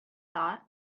thought